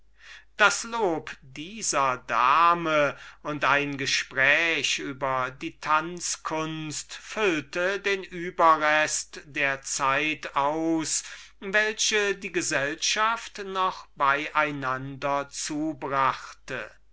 das lob dieser dame und ein gespräch über die tanzkunst füllte den überrest der zeit aus welche diese gesellschaft noch beieinander zubrachte